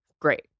Great